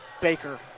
Baker